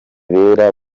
bera